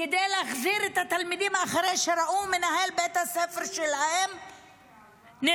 כדי להחזיר את התלמידים אחרי שראו שמנהל בית הספר שלהם נרצח,